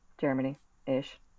Germany-ish